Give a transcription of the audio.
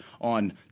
on